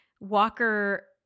Walker